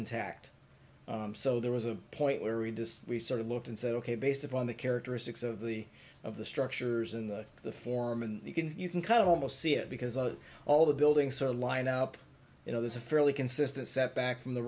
intact so there was a point where we decide we sort of looked and said ok based upon the characteristics of the of the structures in the the form and you can you can kind of almost see it because of all the buildings are lined up you know there's a fairly consistent set back from the